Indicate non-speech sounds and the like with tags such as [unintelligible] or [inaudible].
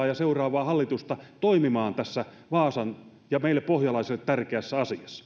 [unintelligible] ja seuraavaa hallitusta toimimaan tässä meille pohjalaisille tärkeässä asiassa